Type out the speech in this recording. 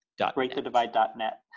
BreakTheDivide.net